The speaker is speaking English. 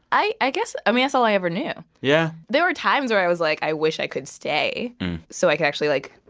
i i guess, i mean, that's all i ever knew yeah there were times where i was, like, i wish i could stay so i could actually, like,